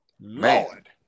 Lord